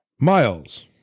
Miles